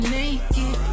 naked